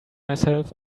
myself